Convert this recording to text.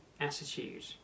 attitude